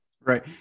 Right